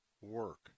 work